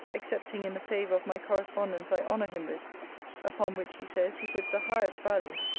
excepting in the favour of my correspondence i honour him with upon which, he says, he puts the highest value,